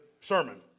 sermon